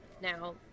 Now